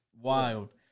wild